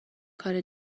کار